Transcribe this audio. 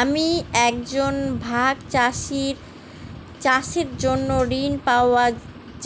আমি একজন ভাগ চাষি চাষের জন্য ঋণ পাওয়া